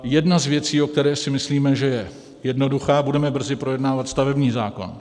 Jedna z věcí, o které si myslíme, že je jednoduchá budeme brzy projednávat stavební zákon.